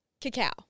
Cacao